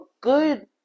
good